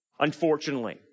Unfortunately